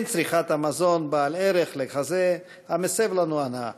בין צריכת מזון בעל ערך לכזה המסב לנו הנאה.